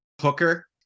Hooker